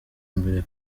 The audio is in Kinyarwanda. mbere